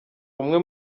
umwe